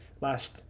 last